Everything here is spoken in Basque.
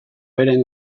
beren